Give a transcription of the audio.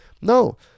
no